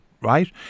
right